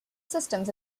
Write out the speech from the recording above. systems